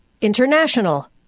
International